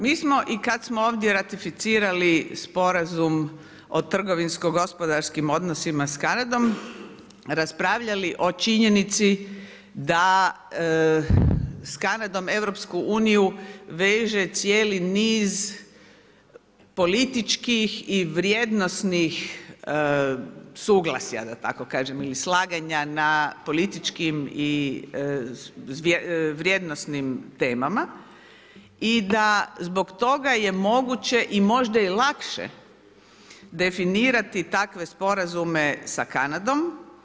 Mi smo i kad smo ovdje ratificirali sporazum o trgovinskim gospodarski odnosima s Kanadom, raspravljali o činjenici da s Kanadom EU, veže cijeli niz političkih i vrijednosnih suglasja da tako kažem ili slaganja na političkim i vrijednosnim temama i da zbog toga je moguće i možda je i lakše definirati takve sporazume sa Kanadom.